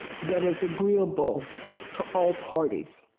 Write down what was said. that is agreeable to all parties.